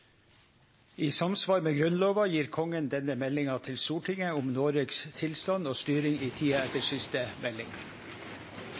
I samsvar med Grunnlova gjev Kongen denne meldinga til Stortinget om Noregs tilstand og styring i tida etter